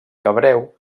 hebreu